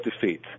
defeat